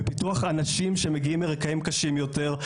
בפיתוח האנשים שמגיעים מרקעים קשים יותר,